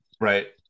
Right